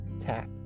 tap